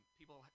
People